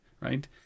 Right